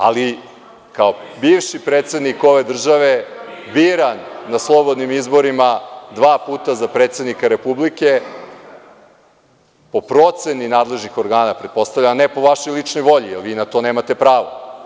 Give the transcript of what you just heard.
Ali, kao bivši predsednik ove države, biran na slobodnim izborima, dva puta za predsednika Republike, po proceni nadležnih organa, pretpostavljam, ne po vašoj ličnoj volji, vi na to nemate pravo.